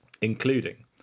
including